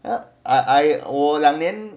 and I I 我两年